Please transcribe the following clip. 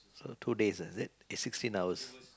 so two days ah is it it's sixteen hours